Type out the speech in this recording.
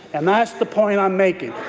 and that's the point i'm making.